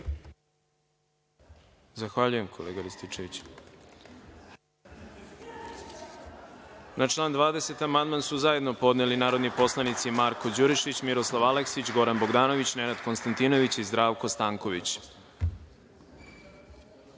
Zahvaljujem, kolega Rističeviću. Na član 20. amandman su zajedno podneli narodni poslanici Marko Đurišić, Miroslav Aleksić, Goran Bogdanović, Nenad Konstantinović i Zdravko Stanković. Pre